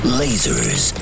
lasers